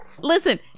Listen